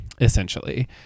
essentially